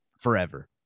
forever